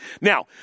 Now